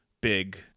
big